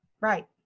right